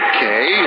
Okay